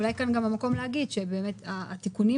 אולי כאן גם המקום להגיד שבאמת התיקונים